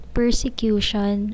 persecution